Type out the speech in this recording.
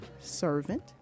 servant